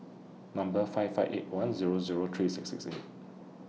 Number five five eight one Zero Zero three six six eight